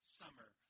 summer